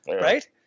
right